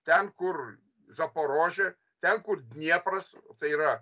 ten kur zaporožė ten kur dniepras tai yra